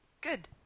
Good